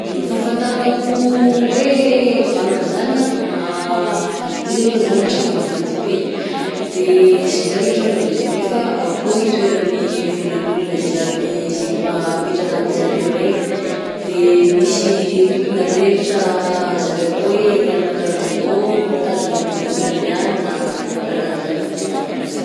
Ny fahanfantarako hoe banky izany anh, izy alongany zany tragno maventy be, de sy vitany hoe tragno maventy bi fa akao itoeran' ny volan'olona ziaby zaigny ma- apetraka amin-jareo regny, de misy tompon'andraikitra zareo akao hoe ry anona karahan'zao mitazona ny volan-dry anona, karakarahan'zany fahafantarako ananjy.